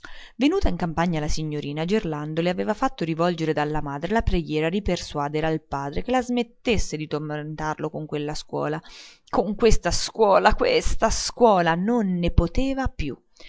venuta in campagna la signorina gerlando le aveva fatto rivolgere dalla madre la preghiera di persuadere al padre che la smettesse di tormentarlo con questa scuola con questa scuola con questa scuola non ne poteva più